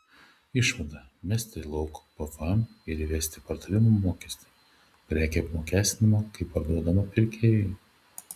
išvada mesti lauk pvm ir įvesti pardavimo mokestį prekė apmokestinama kai parduodama pirkėjui